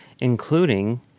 including